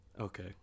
Okay